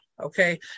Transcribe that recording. Okay